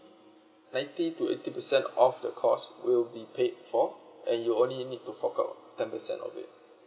ninety to eighty percent of the cost will be paid for and you only need to fork out ten percent of it